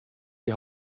die